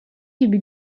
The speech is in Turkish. gibi